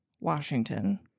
Washington